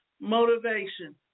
motivation